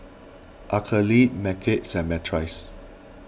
Araceli Mykel and Myrtice